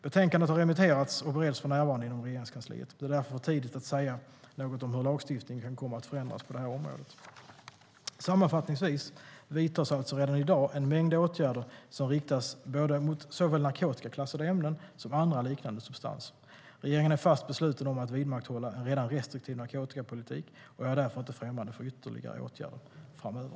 Betänkandet har remitterats och bereds för närvarande inom Regeringskansliet. Det är därför för tidigt att säga något om hur lagstiftningen kan komma att förändras på det här området. Sammanfattningsvis vidtas alltså redan i dag en mängd åtgärder som riktas mot såväl narkotikaklassade ämnen som andra liknande substanser. Regeringen är fast besluten att vidmakthålla en redan restriktiv narkotikapolitik, och jag är därför inte främmande för ytterligare åtgärder framöver.